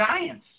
science